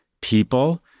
people